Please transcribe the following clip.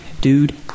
Dude